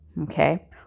Okay